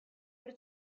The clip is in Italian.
per